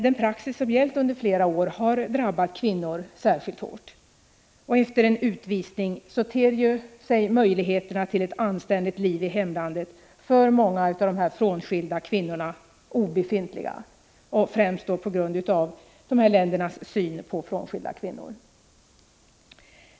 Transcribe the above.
Den praxis som gällt under flera år har emellertid drabbat kvinnor särskilt hårt. För många av de frånskilda invandrarkvinnorna förefaller möjligheterna att efter en utvisning få ett anständigt liv i hemlandet vara obefintliga, främst på grund av dessa länders syn på frånskilda kvinnor.